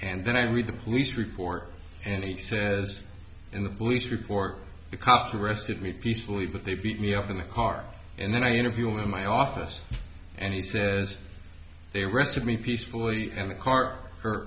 and then i read the police report and he says in the police report the cops arrested me peacefully but they beat me up in the car and then i interview in my office and he says they arrested me peacefully in the car